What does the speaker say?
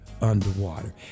underwater